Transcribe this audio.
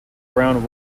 round